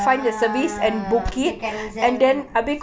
ah macam carousell gitu